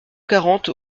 quarante